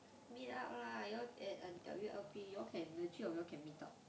meet up lah you all at W_L_P you all the three of you all can meet up